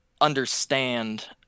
understand